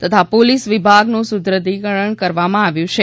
તથા પાલીસ વિભાગનું સુદ્રઢીકરણ કરવામાં આવ્યું છે